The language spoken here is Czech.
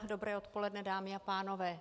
Dobré odpoledne, dámy a pánové.